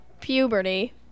puberty